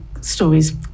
Stories